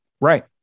Right